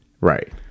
Right